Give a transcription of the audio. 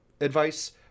advice